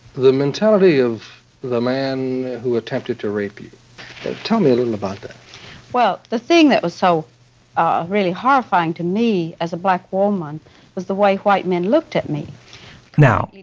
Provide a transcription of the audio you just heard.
the mentality of the man who attempted to rape you tell me a little about that well, the thing that was so ah really horrifying to me as a black woman was the way white men looked at me now,